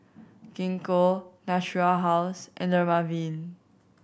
Gingko Natura House and Dermaveen